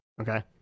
Okay